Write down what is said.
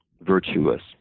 virtuous